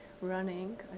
running